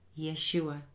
Yeshua